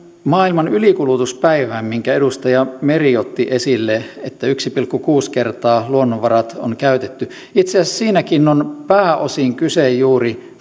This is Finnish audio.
maailman ylikulutuspäivään minkä edustaja meri otti esille että yksi pilkku kuusi kertaa luonnonvarat on käytetty itse asiassa siinäkin on pääosin kyse juuri